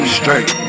straight